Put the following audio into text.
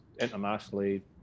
internationally